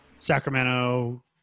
Sacramento